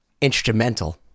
instrumental